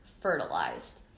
fertilized